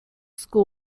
school